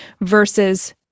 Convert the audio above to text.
versus